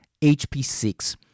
HP6